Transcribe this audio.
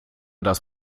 das